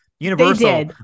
universal